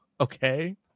Okay